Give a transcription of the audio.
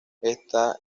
está